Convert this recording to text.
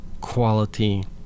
quality